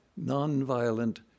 Nonviolent